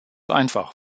einfach